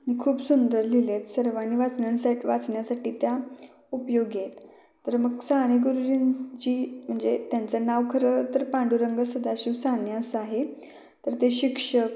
आणि खूप सुंदर लिहिले आहेत सर्वांनी वाचण्या वाचण्यासाठी त्या उपयोगी आहेत तर मग साने गुरुजींची म्हणजे त्यांचं नाव खरं तर पांडुरंग सदाशिव साने असं आहे तर ते शिक्षक